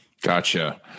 Gotcha